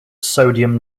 sodium